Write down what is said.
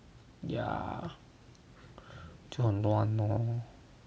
yeah 就很乱 lor